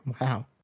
Wow